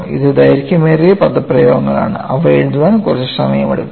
ഇവ ദൈർഘ്യമേറിയ പദപ്രയോഗങ്ങളാണ് അവ എഴുതാൻ കുറച്ച് സമയമെടുക്കുക